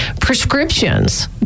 prescriptions